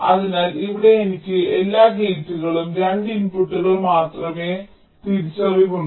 അതിനാൽ ഇവിടെ എനിക്ക് എല്ലാ ഗേറ്റുകളും 2 ഇൻപുട്ടുകൾ മാത്രമുള്ള ബദൽ തിരിച്ചറിവ് ഉണ്ട്